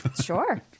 Sure